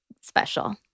special